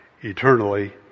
eternally